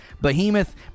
Behemoth